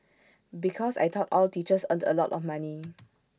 because I thought all teachers earned A lot of money